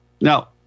Now